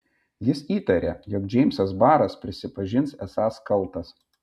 jis įtarė jog džeimsas baras prisipažins esąs kaltas